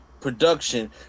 production